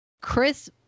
Chris